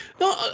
No